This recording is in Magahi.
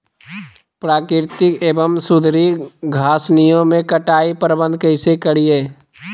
प्राकृतिक एवं सुधरी घासनियों में कटाई प्रबन्ध कैसे करीये?